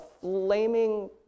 flaming